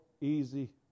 easy